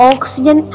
Oxygen